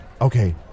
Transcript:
Okay